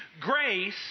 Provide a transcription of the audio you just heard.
Grace